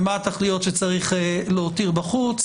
ומה התכליות שצריך להותיר בחוץ,